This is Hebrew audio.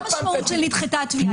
מה המשמעות של "נדחתה התביעה"?